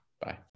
Bye